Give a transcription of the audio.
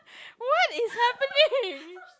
what is happening